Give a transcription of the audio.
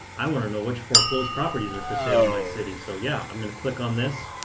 i want to know which foreclosed properties are for sale in my city. so yeah, i'm going to click on this.